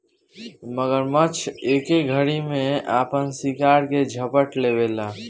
मगरमच्छ एके घरी में आपन शिकार के झपट लेवेला